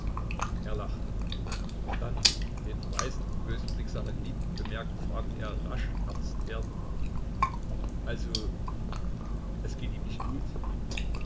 er lachte dann den verweisenden bösen blick seiner geliebten bemerkend fragte er rasch ernst werdend also es geht ihm nicht gut